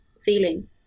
feeling